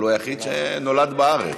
אבל הוא היחיד שנולד בארץ.